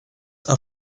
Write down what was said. are